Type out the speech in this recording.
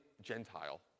Gentile